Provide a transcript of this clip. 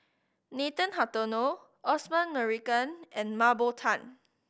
Nathan Hartono Osman Merican and Mah Bow Tan